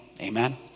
Amen